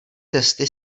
testy